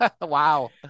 Wow